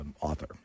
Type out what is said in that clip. author